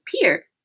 appear